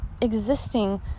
existing